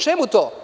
Čemu to?